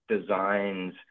designs